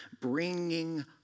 bringing